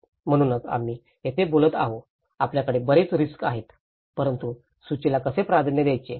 म्हणूनच आपण येथे बोलत आहोत आपल्याकडे बरेच रिस्क आहेत परंतु सूचीला कसे प्राधान्य द्यायचे